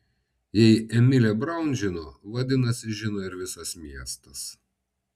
jei emilė braun žino vadinasi žino ir visas miestas